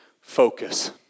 focus